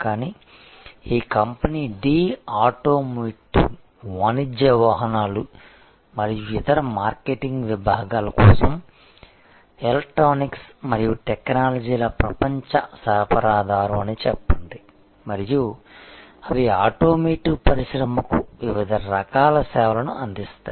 కానీ ఈ company D automotive వాణిజ్య వాహనాలు మరియు ఇతర మార్కెట్ విభాగాల కోసం ఎలక్ట్రానిక్స్ మరియు టెక్నాలజీల ప్రపంచ సరఫరాదారు అని చెప్పండి మరియు అవి ఆటోమోటివ్ పరిశ్రమకు వివిధ రకాల సేవలను అందిస్తాయి